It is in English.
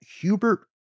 Hubert